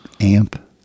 amp